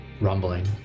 rumbling